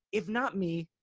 if not me,